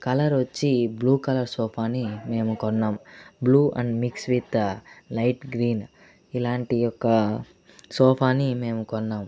colour వచ్చి blue colour సోఫాని మేము కొన్నాము blue and mixed with light green ఇలాంటి ఒక్క సోఫాని మేము కొన్నాము